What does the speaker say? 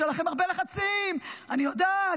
יש עליכם הרבה לחצים, אני יודעת.